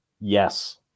Yes